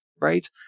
right